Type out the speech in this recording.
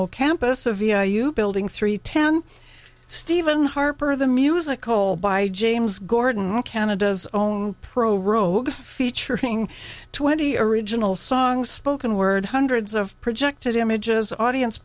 e campus of ia you building three ten stephen harper the musical by james gordon canada's own prorogue featuring twenty original songs spoken word hundreds of projected images audience